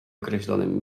określonym